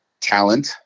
talent